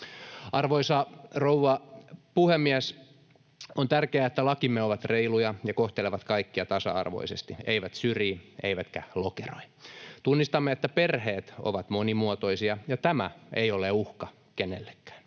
Arvoisa rouva puhemies! On tärkeää, että lakimme ovat reiluja ja kohtelevat kaikkia tasa-arvoisesti, eivät syrji eivätkä lokeroi — tunnistamme, että perheet ovat monimuotoisia, ja tämä ei ole uhka kenellekään.